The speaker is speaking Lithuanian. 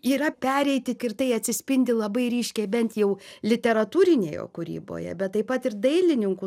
yra pereiti ir tai atsispindi labai ryškiai bent jau literatūrinėje kūryboje bet taip pat ir dailininkų